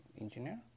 engineer